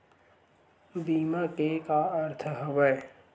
बीमा के का अर्थ हवय?